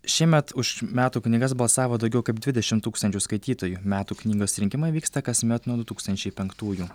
šiemet už metų knygas balsavo daugiau kaip dvidešimt tūkstančių skaitytojų metų knygos rinkimai vyksta kasmet nuo du tūkstančiai penktųjų